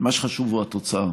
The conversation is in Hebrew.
מה שחשוב הוא התוצאה.